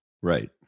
Right